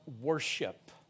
worship